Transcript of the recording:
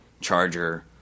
charger